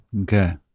Okay